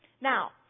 Now